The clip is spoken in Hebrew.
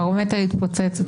הברומטר התפוצץ.